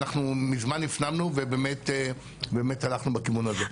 אנחנו מזמן הפנמנו ובאמת הלכנו בכיוון הזה.